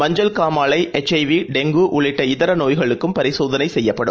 மஞ்சள் காமாலை H I V dengue உள்ளிட்ட இதர நோய்களுக்கும் பரிசோதனை செய்யப்படும்